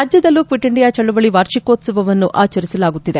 ರಾಜ್ಯದಲ್ಲೂ quit India ಚಳವಳಿ ವಾರ್ಷಿಕೋತ್ಸವನ್ನು ಆಚರಿಸಲಾಗುತ್ತಿದೆ